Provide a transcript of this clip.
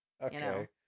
Okay